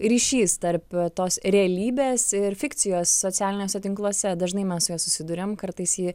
ryšys tarp tos realybės ir fikcijos socialiniuose tinkluose dažnai mes su ja susiduriam kartais ji